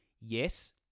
Yes